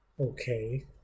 okay